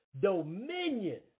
Dominion